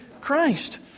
Christ